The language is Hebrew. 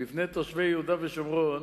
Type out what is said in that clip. בפני תושבי יהודה ושומרון